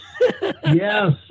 Yes